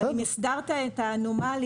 אבל אם הסדרת את האנומליה,